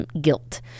guilt